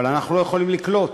אבל אנחנו לא יכולים לקלוט.